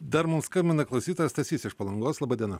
dar mums skambina klausytojas stasys iš palangos laba diena